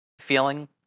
feeling